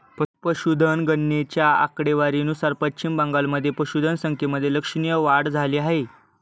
पशुधन गणनेच्या आकडेवारीनुसार पश्चिम बंगालमध्ये पशुधन संख्येमध्ये लक्षणीय वाढ झाली आहे